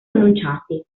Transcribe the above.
annunciati